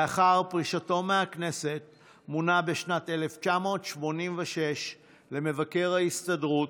לאחר פרישתו מהכנסת מונה בשנת 1986 למבקר ההסתדרות,